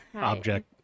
object